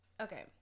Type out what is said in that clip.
okay